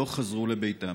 לא חזרו לביתם.